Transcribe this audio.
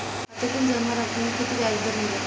खात्यातील जमा रकमेवर किती व्याजदर मिळेल?